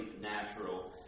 natural